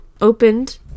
opened